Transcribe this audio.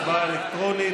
הצבעה אלקטרונית.